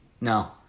No